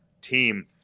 team